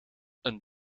een